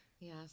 Yes